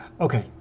Okay